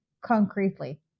concretely